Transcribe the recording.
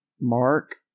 Mark